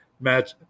match